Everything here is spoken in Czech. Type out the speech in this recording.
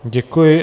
Děkuji.